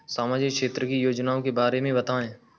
सामाजिक क्षेत्र की योजनाओं के बारे में बताएँ?